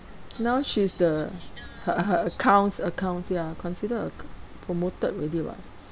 now she's the her her accounts accounts ya consider ac~ promoted already [what]